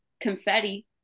Confetti